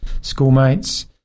schoolmates